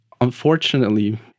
unfortunately